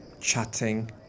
chatting